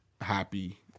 happy